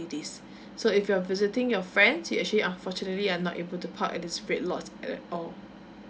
so if you're visiting your friends you actually unfortunately are not able to park at this red lots at all